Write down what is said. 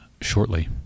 shortly